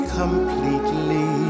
completely